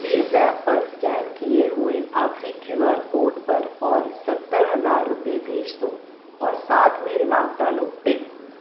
پیزیپ پر سکین کیے ہوئے آخری کیو آر کوڈ پر اور ستر ہزار روپے بھیج دو اور ساتھ میں ریمارک ڈالو ٹپ